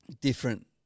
different